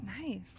Nice